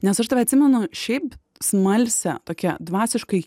nes aš tave atsimenu šiaip smalsia tokia dvasiškai